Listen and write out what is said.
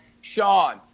Sean